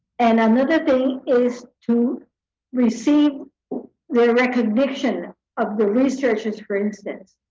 and another thing is to receive recognition of the researchers for instance,